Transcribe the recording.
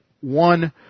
one